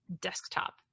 desktop